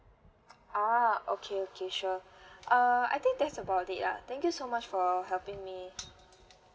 ah okay okay sure uh I think that's about it lah thank you so much for helping me